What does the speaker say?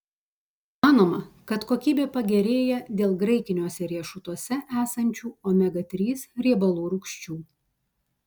manoma kad kokybė pagerėja dėl graikiniuose riešutuose esančių omega trys riebalų rūgščių